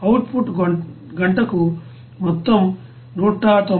out put గంటకు మొత్తం 190